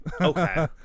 Okay